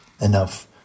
enough